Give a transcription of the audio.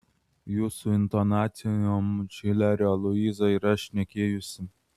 jūsų intonacijom šilerio luiza yra šnekėjusi